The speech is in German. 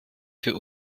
für